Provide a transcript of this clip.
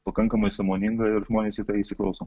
pakankamai sąmoninga ir žmonės į tai įsiklauso